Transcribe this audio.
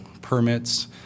permits